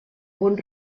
bon